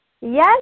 Yes